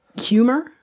humor